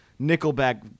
Nickelback